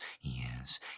yes